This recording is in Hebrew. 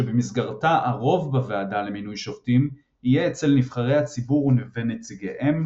שבמסגרתה הרוב בוועדה למינוי שופטים יהיה אצל נבחרי הציבור ונציגיהם,